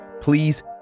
Please